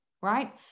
right